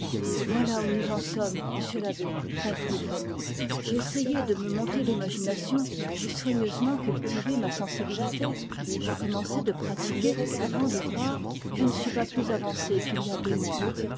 voilà où nous sommes monsieur l'abbé conclut fanny j'ai essayé d'exciter mon imagination j'ai soigneusement cultivé ma sensibilité j'ai commencé de pratiquer avant de croire et je ne suis pas plus avancée qu'il y a deux mois